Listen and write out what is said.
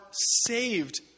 saved